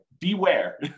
beware